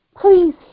Please